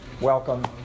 welcome